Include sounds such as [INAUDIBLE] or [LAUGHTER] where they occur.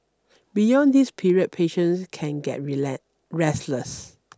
beyond this period patients can get [UNINTELLIGIBLE] restless